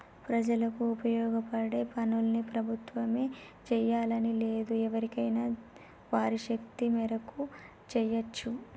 ప్రజలకు ఉపయోగపడే పనుల్ని ప్రభుత్వమే జెయ్యాలని లేదు ఎవరైనా వారి శక్తి మేరకు జెయ్యచ్చు